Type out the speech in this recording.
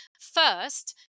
First